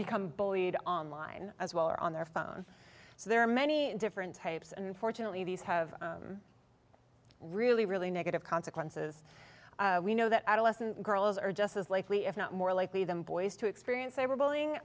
become bullied online as well or on their phone so there are many different types and unfortunately these have really really negative consequences we know that adolescent girls are just as likely if not more likely than boys to experience